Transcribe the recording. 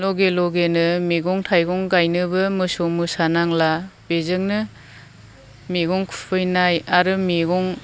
लगे लगेनो मेगं थायगं गायनोबो मोसौ मोसा नांला बेजोंनो मेगं खुबैनाय आरो मेगं